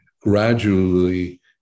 gradually